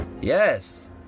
yes